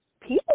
people